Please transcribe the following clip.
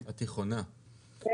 כן,